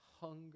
hunger